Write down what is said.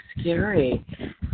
scary